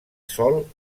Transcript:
sol